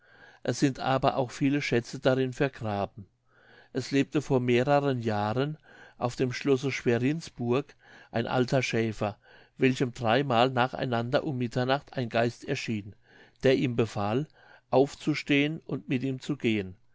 es sind aber auch viele schätze darin vergraben es lebte vor mehreren jahren auf dem schlosse schwerinsburg ein alter schäfer welchem dreimal nach einander um mitternacht ein geist erschien der ihm befahl aufzustehen und mit ihm zu gehen